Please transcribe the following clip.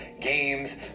games